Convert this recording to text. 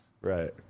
right